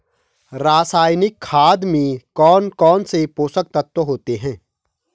रासायनिक खाद में कौन कौन से पोषक तत्व होते हैं?